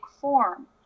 form